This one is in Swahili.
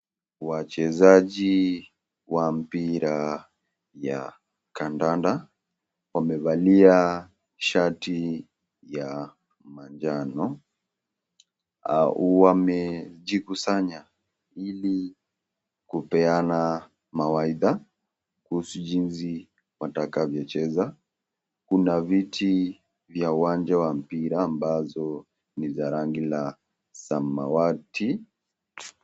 Wachezaji wa mpira ya kandanda, wamevalia shati ya manjano, wamejikusanya ili kupeana mawaidha kuhusu jinsi watakavyo cheza, kuna viti vya uwanja wa mpira ambazo ni za rangi ya samawati.